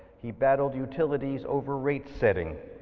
he battled utilities overrate setting.